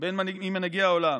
עם מנהיגי העולם,